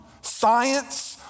Science